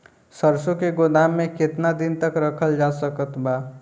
सरसों के गोदाम में केतना दिन तक रखल जा सकत बा?